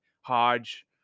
Hodge